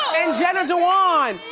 and jenna dewen!